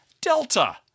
Delta